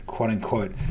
quote-unquote